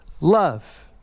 love